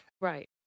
right